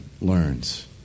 learns